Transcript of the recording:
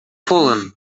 fallen